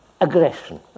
aggression